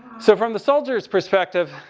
so from the soldier's perspective,